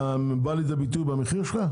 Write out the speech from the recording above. אתה מביא לידי ביטוי במחיר שלך?